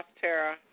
Tara